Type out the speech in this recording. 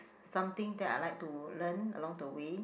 something that I like to learn along the way